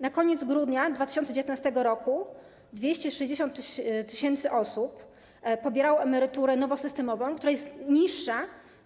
Na koniec grudnia 2019 r. 260 tys. osób pobierało emeryturę nowosystemową, która jest niższa